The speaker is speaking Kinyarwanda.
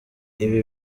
ibi